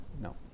No